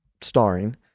starring